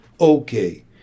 Okay